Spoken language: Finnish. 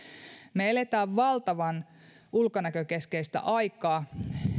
me elämme valtavan ulkonäkökeskeistä aikaa